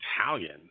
Italian